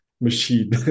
machine